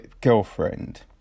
girlfriend